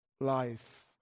Life